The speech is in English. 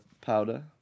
powder